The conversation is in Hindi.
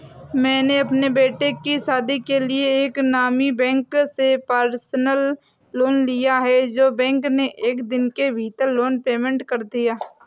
मैंने अपने बेटे की शादी के लिए एक नामी बैंक से पर्सनल लोन लिया है जो बैंक ने एक दिन के भीतर लोन पेमेंट कर दिया